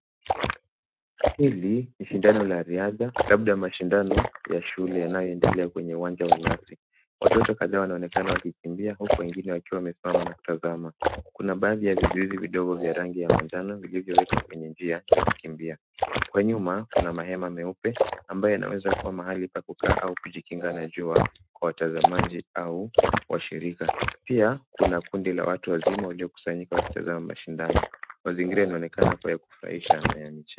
Hili ni shindano la riadha labda mashindano ya shule yanayoendelea kwenye uwanja wa nyasi. Watoto kadhaa wanaonekana wakikimbia huku wengine wakiwa wamesimama na kutazama. Kuna baadhi ya vizuizi vidogo vya rangi ya manjano vilivyowekwa kwenye njia ya kukumbia. Kwa nyuma kuna mahema meupe ambayo yanweza kuwa mahali pa kukaa au kujikinga na jua kwa watazamaji au washirika. Pia kuna kundi la watu wazima waliokusanyika wakitazama mashindano. Mazingira inaonekana kuwa ya kufurahisha na ya michezo.